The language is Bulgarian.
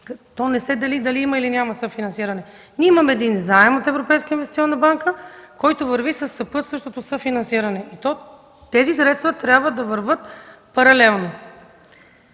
То не се дели дали има, или няма съфинансиране – имаме един заем от Европейската инвестиционна банка, който върви със съпътстващото съфинансиране. Тези средства трябва да вървят паралелно.